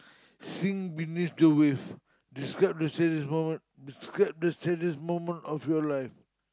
sing beneath the wave describe the saddest moment describe the saddest moment of your life